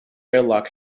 airlock